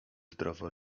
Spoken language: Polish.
zdrowo